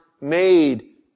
made